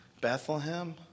Bethlehem